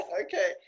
Okay